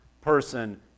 person